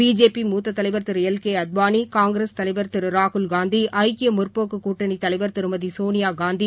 BJP மூத்த தலைவா் திரு L K Advani Congress தலைவா் திரு ராகுல்காந்தி ஐக்கிய முற்போக்குக் கூட்டணி தலைவா் திருமதி சோனியாகாந்தி